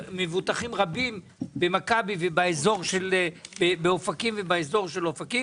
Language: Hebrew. מבוטחים רבים למכבי באופקים ובאזור של אופקים.